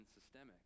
systemic